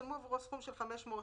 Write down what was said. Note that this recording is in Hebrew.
הסכים לעניין,